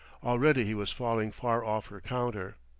already he was falling far off her counter.